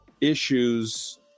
issues